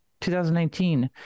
2019